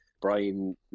Brian